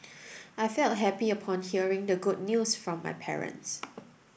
I felt happy upon hearing the good news from my parents